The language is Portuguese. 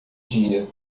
dia